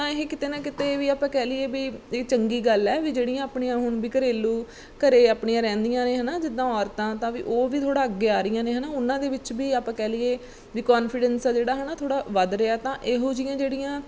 ਤਾਂ ਇਹ ਕਿਤੇ ਨਾ ਕਿਤੇ ਵੀ ਆਪਾਂ ਕਹਿ ਲਈਏ ਵੀ ਇਹ ਚੰਗੀ ਗੱਲ ਹੈ ਵੀ ਜਿਹੜੀਆਂ ਆਪਣੀਆਂ ਹੁਣ ਵੀ ਘਰੇਲੂ ਘਰ ਆਪਣੀਆਂ ਰਹਿੰਦੀਆਂ ਨੇ ਹੈ ਨਾ ਜਿੱਦਾਂ ਔਰਤਾਂ ਤਾਂ ਵੀ ਉਹ ਵੀ ਥੋੜ੍ਹਾ ਅੱਗੇ ਆ ਰਹੀਆਂ ਨੇ ਹੈ ਨਾ ਉਹਨਾਂ ਦੇ ਵਿੱਚ ਵੀ ਆਪਾਂ ਕਹਿ ਲਈਏ ਵੀ ਕੋਨਫੀਡੈਂਸ ਆ ਜਿਹੜਾ ਹੈ ਨਾ ਥੋੜ੍ਹਾ ਵੱਧ ਰਿਹਾ ਤਾਂ ਇਹੋ ਜਿਹੀਆਂ ਜਿਹੜੀਆਂ